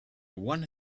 one